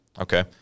Okay